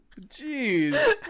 Jeez